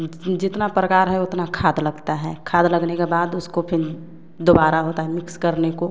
जितना प्रकार हैं उतना खाद लगता हैं खाद लगने के बाद उसको फिर दोबारा होता हैं मिक्स करने को